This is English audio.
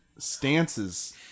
stances